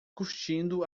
curtindo